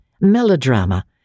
melodrama